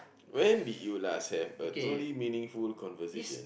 when did you last have a truly meaningful conversation